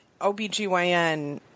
OBGYN